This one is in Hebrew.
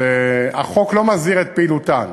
שהחוק לא מסדיר את פעילותן